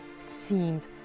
seemed